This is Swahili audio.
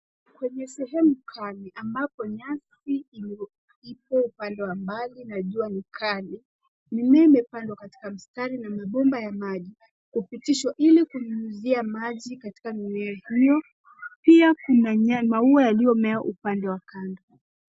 Kwenye sehemu kali ambapo nyasi ipo upande wa mbali na jua kali, mimmea imepandwa katika mstari na mabomba ya maji kupitishwa ili kunyunyuzia maji katika mimmea hiyo pia kuna maua iliyomea upande wa kando.